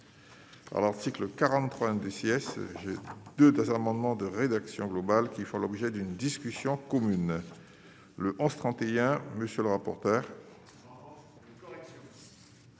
à l'article 43 DCS je de amendement de rédaction globale qui font l'objet d'une discussion commune le 11 31, monsieur le rapporteur.